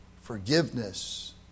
forgiveness